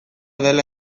dela